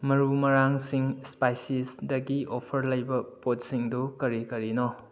ꯃꯔꯨ ꯃꯔꯥꯡꯁꯤꯡ ꯏꯁꯄꯥꯏꯁꯤꯁꯗꯒꯤ ꯑꯣꯐ꯭꯭ꯔ ꯂꯩꯕ ꯄꯣꯠꯁꯤꯡꯗꯨ ꯀꯔꯤ ꯀꯔꯤꯅꯣ